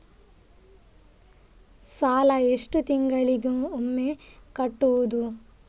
ಸಾಲ ಎಷ್ಟು ತಿಂಗಳಿಗೆ ಒಮ್ಮೆ ಕಟ್ಟುವುದು?